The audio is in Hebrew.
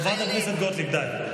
חברת הכנסת גוטליב,